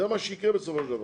זה מה שיקרה בסופו של דבר.